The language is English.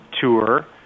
tour